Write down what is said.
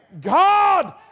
God